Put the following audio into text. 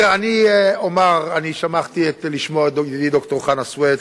אני שמחתי לשמוע את ידידי ד"ר חנא סוייד,